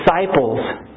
disciples